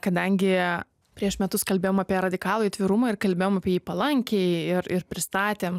kadangi prieš metus kalbėjom apie radikalųjį atvirumą ir kalbėjom apie jį palankiai ir ir pristatėm